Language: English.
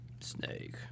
Snake